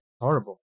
Horrible